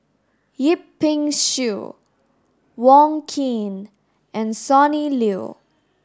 Yip Pin Xiu Wong Keen and Sonny Liew